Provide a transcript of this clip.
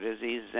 disease